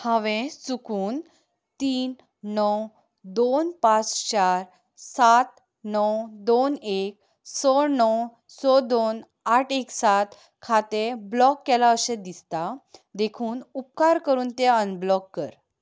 हांवें चुकून तीन णव दोन पांस चार सात णव दोन एक स णोव स दोन आठ एक सात खातें ब्लॉक केलां अशें दिसता देखून उपकार करून तें अनब्लॉक कर